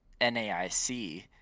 NAIC